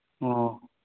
ꯑꯣ